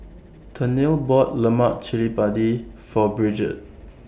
Tennille bought Lemak Cili Padi For Bridgette